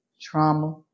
trauma